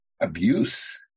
abuse